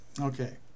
Okay